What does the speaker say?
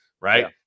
right